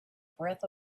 breath